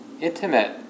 intimate